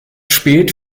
spät